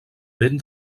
ben